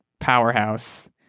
powerhouse